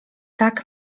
tak